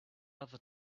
other